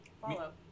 Follow